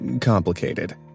complicated